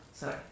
Sorry